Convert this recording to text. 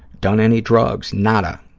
done any drugs, nada.